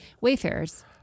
wayfarers